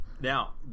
Now